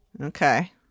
Okay